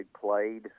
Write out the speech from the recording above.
played